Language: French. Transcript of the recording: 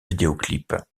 vidéoclip